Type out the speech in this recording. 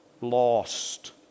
lost